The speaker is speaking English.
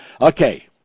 Okay